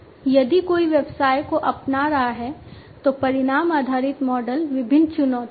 यदि कोई व्यवसाय को अपना रहा है तो परिणाम आधारित मॉडल विभिन्न चुनौतियां हैं